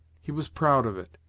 he was proud of it,